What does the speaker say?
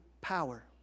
power